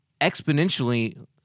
exponentially